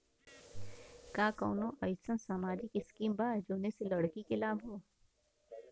का कौनौ अईसन सामाजिक स्किम बा जौने से लड़की के लाभ हो?